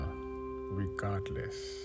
Regardless